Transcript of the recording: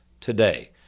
today